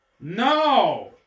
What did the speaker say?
No